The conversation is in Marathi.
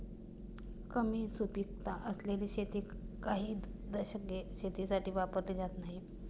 कमी सुपीकता असलेली शेती काही दशके शेतीसाठी वापरली जात नाहीत